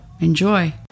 Enjoy